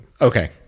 Okay